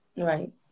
right